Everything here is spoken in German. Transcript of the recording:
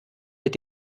mit